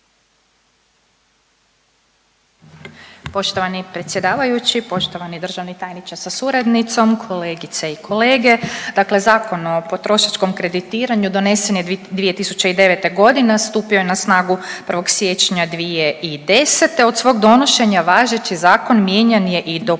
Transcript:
Poštovani predsjedavajući, poštovani državni tajniče sa suradnicom, kolegice i kolege. Dakle Zakon o potrošačkom kreditiranju donesen je 2009. g., a stupio je na snagu 1. siječnja 2010. Od svog donošenja, važeći zakon mijenjan je